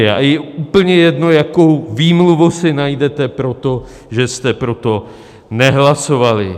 A je úplně jedno, jakou výmluvu si najdete pro to, že jste pro to nehlasovali.